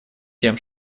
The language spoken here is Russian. тем